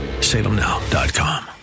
salemnow.com